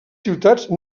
ciutats